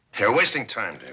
you're wasting time, david.